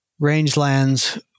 rangelands